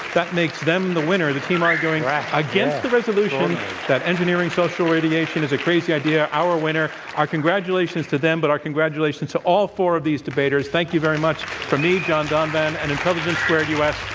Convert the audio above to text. that makes them the winner. the team arguing against the resolution that engineering social radiation is a crazy idea, our winner, our congratulations to them, but our congratulations to all four of these debaters. thank you very much from me, john donvan, and intelligence squared u. s.